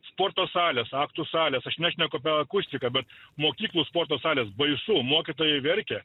sporto salės aktų salės aš nešneku apie akustiką bet mokyklų sporto salės baisu mokytojai verkia